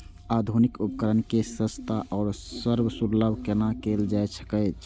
आधुनिक उपकण के सस्ता आर सर्वसुलभ केना कैयल जाए सकेछ?